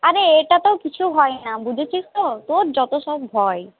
আরে এটা তো কিছু হয় না বুঝেছিস তো তোর যত সব ভয়